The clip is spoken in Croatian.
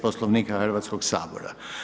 Poslovnika Hrvatskog sabora.